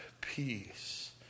peace